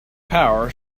power